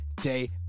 day